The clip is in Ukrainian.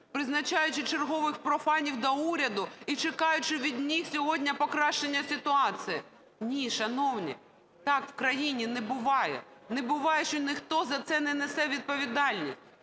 призначаючи черговий профанів до уряду і чекаючи від них сьогодні покращання ситуації. Ні, шановні, так в країні не буває. Не буває, що ніхто за це не несе відповідальність.